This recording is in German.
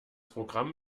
programm